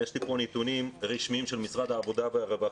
יש לי פה נתונים רשמיים של משרד העבודה והרווחה.